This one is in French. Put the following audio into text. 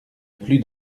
plus